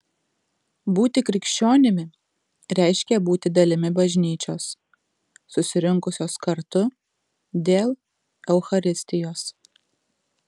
būti krikščionimi reiškia būti dalimi bažnyčios susirinkusios kartu dėl eucharistijos